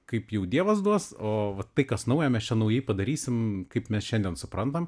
kaip jau dievas duos o va tai kas nauja mes čia naujai padarysim kaip mes šiandien suprantam